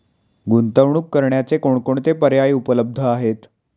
गुंतवणूक करण्याचे कोणकोणते पर्याय उपलब्ध आहेत?